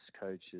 coaches